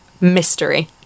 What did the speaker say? mystery